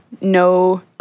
no